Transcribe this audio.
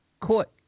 court